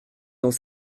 dans